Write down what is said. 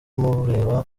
mureba